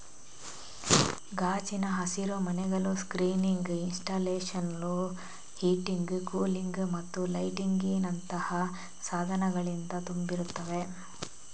ಗಾಜಿನ ಹಸಿರುಮನೆಗಳು ಸ್ಕ್ರೀನಿಂಗ್ ಇನ್ಸ್ಟಾಲೇಶನುಳು, ಹೀಟಿಂಗ್, ಕೂಲಿಂಗ್ ಮತ್ತು ಲೈಟಿಂಗಿನಂತಹ ಸಾಧನಗಳಿಂದ ತುಂಬಿರುತ್ತವೆ